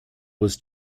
was